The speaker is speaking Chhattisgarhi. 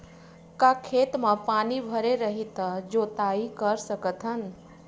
का खेत म पानी भरे रही त जोताई कर सकत हन?